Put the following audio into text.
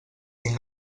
tinc